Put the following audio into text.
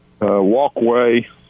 walkway